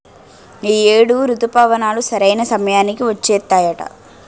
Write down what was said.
ఈ ఏడు రుతుపవనాలు సరైన సమయానికి వచ్చేత్తాయట